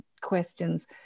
questions